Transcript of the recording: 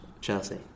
Chelsea